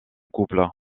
couple